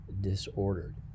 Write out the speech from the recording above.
disordered